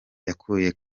yakuye